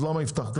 אז למה הבטחתם?